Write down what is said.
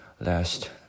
last